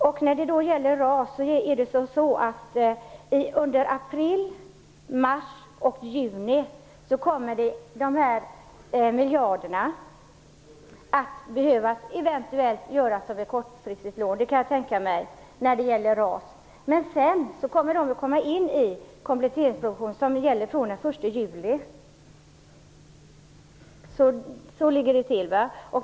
Dessa miljarder till RAS kommer under april, mars och juni eventuellt att behöva tas som ett kortfristigt lån. Men sedan kommer de alltså in i kompletteringspropositionen, som gäller från den 1 juli. Så ligger det till.